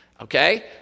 okay